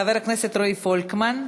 חבר הכנסת רועי פולקמן,